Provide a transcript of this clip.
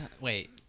Wait